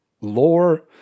lore